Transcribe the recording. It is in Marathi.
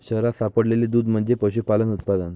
शहरात सापडलेले दूध म्हणजे पशुपालन उत्पादन